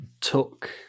took